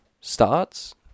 starts